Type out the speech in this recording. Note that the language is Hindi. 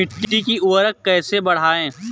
मिट्टी की उर्वरता कैसे बढ़ाएँ?